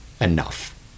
enough